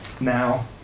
Now